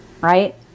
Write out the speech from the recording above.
right